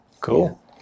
cool